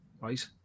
right